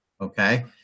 Okay